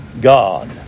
God